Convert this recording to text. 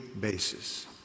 basis